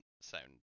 sound